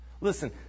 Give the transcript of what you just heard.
listen